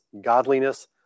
godliness